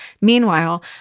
Meanwhile